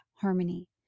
harmony